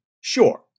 Sure